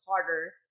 harder